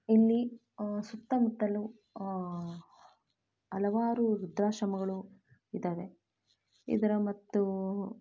ಇಲ್ಲಿ ಸುತ್ತಮುತ್ತಲೂ ಹಲವಾರು ವೃದ್ಧಾಶ್ರಮಗಳು ಇದ್ದಾವೆ ಇದರ ಮತ್ತು